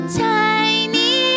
tiny